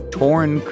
torn